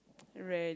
rarely